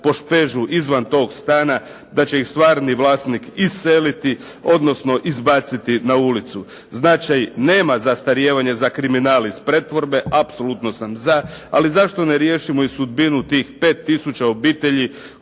izađu izvan tog stana da će ih stvarni vlasnik iseliti, odnosno izbaciti na ulicu, značaj nema zastarijevanje za kriminal iz pretvorbe, apsolutno sam za ali zašto ne riješimo sudbinu tih 5 tisuća obitelji